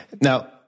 Now